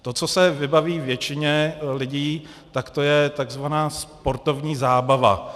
To, co se vybaví většině lidí, tak to je takzvaná sportovní zábava.